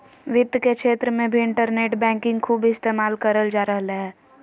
वित्त के क्षेत्र मे भी इन्टरनेट बैंकिंग खूब इस्तेमाल करल जा रहलय हें